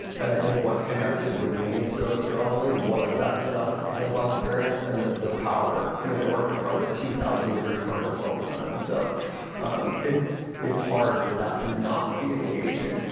and i think what connected with me so strongly was that hands-on hands-on experience, and the power. i mean, i work in front of a two thousand degree furnace all the time, so it's it's hard for that to not be engaging,